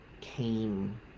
came